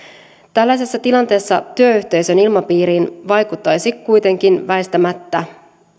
tällaisessa tilanteessa työyhteisön ilmapiiriin vaikuttaisi kuitenkin väistämättä